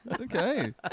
okay